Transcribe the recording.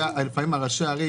לפעמים ראשי הערים